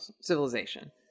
civilization